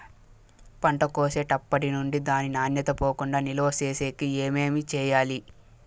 పంట కోసేటప్పటినుండి దాని నాణ్యత పోకుండా నిలువ సేసేకి ఏమేమి చేయాలి?